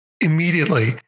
immediately